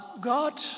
God